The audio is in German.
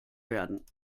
werden